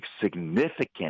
significant